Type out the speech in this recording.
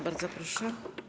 Bardzo proszę.